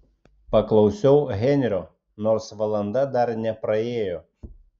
paklausiau henrio nors valanda dar nepraėjo